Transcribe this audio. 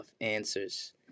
answers